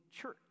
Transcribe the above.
church